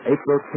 April